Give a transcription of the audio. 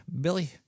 Billy